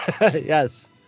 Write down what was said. yes